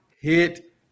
hit